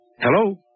Hello